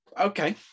Okay